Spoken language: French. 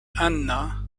anna